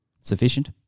Sufficient